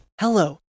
Hello